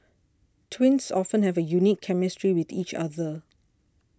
twins often have a unique chemistry with each other